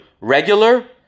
Regular